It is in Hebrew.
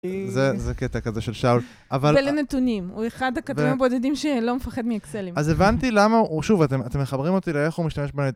זה קטע כזה של שאול, אבל... זה לנתונים, הוא אחד הכתובים הבודדים שלא מפחד מאקסלים. אז הבנתי למה הוא... שוב, אתם, אתם מחברים אותי לאיך הוא משתמש בנת…